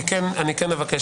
אבקש